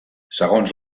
segons